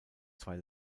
zwei